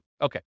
Okay